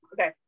Okay